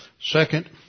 Second